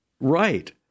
right